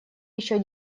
еще